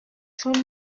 چون